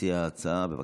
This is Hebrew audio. מציע ההצעה, בבקשה.